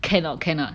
cannot cannot